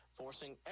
forcing